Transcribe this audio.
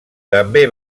també